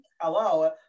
hello